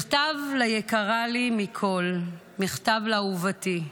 מכתב ליקרה לי מכול, מכתב לאהובתי.